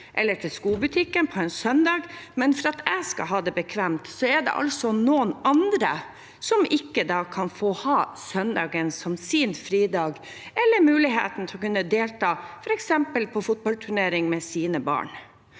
eller skobutikken på en søndag, men for at jeg skal ha det bekvemt, er det altså noen andre som da ikke kan få ha søndagen som sin fridag eller muligheten til å kunne delta f.eks. på fotballturnering med sine barn.